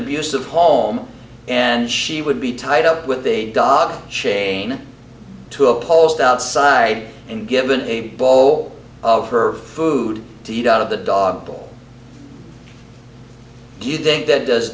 abusive home and she would be tied up with a dog chain to a post outside and given a bowl of her food to eat out of the dog bowl good think that does